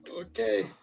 Okay